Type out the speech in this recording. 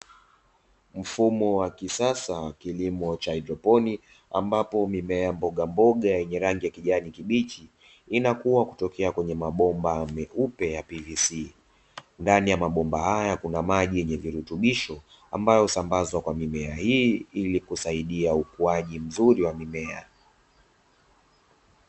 Mfumo wa kisasa wa kilimo cha haidroponi ambapo mimea ya mbogamboga yenye rangi ya kijani kibichi inakua kutokea kwenye mabomba meupe ya "PVC". Ndani ya mabomba haya kuna maji yenye virutubisho ambayo husambazwa kwa mimea hii ili kusaidia ukuaji mzuri wa mimea.